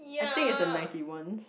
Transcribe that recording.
I think it's the ninety ones